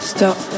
Stop